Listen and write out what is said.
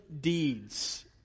deeds